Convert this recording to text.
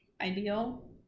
ideal